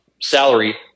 salary